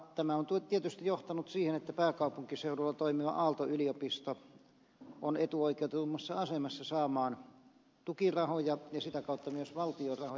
tämä on tietysti johtanut siihen että pääkaupunkiseudulla toimiva aalto yliopisto on etuoikeutetummassa asemassa saamaan tukirahoja ja sitä kautta myös valtion rahoja